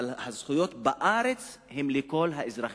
אבל הזכויות בארץ הן לכל האזרחים.